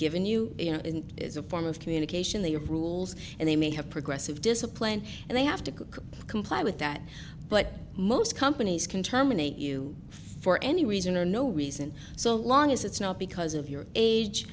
given you you know it is a form of communication the rules and they may have progressive discipline and they have to cook comply with that but most companies can terminate you for any reason or no reason so long as it's not because of your age